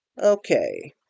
Okay